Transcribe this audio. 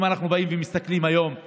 אם אנחנו מסתכלים היום על